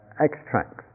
extracts